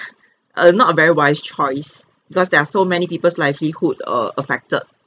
err not a very wise choice because there are so many people's livelihoods err affected